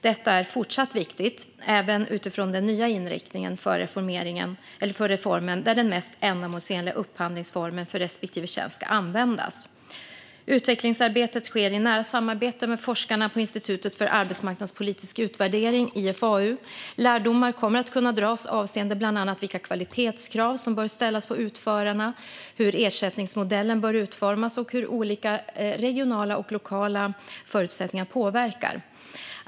Detta är fortsatt viktigt även utifrån den nya inriktningen för reformen, där den mest ändamålsenliga upphandlingsformen för respektive tjänst ska användas. Utvecklingsarbetet sker i nära samarbete med forskarna på Institutet för arbetsmarknads och utbildningspolitisk utvärdering, IFAU. Lärdomar kommer att kunna dras avseende bland annat vilka kvalitetskrav som bör ställas på utförarna, hur ersättningsmodellen bör utformas och hur olika regionala och lokala förutsättningar påverkar.